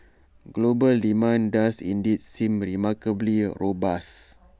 global demand does indeed seem remarkably robust